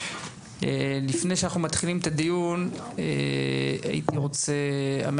לפני שאנחנו מתחילים את הדיון, הייתי רוצה שאסף,